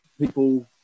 people